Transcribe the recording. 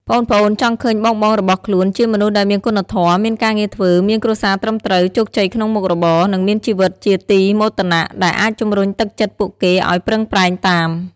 ប្អូនៗចង់ឃើញបងៗរបស់ខ្លួនជាមនុស្សដែលមានគុណធម៌ មានការងារធ្វើ មានគ្រួសារត្រឹមត្រូវ ជោគជ័យក្នុងមុខរបរ និងមានជីវិតជាទីមោទនៈ ដែលអាចជំរុញទឹកចិត្តពួកគេឱ្យប្រឹងប្រែងតាម។